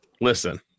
Listen